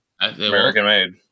American-made